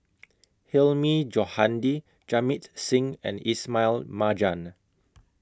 Hilmi Johandi Jamit Singh and Ismail Marjan